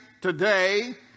today